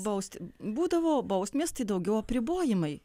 bausti būdavo bausmės tai daugiau apribojimai